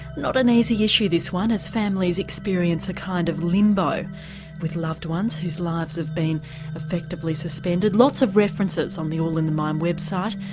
not an easy issue this one, as families experience a kind of limbo with loved ones whose lives have been effectively suspended. lots of references on the all in the mind website,